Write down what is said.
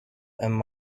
and